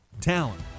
talent